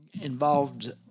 involved